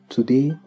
Today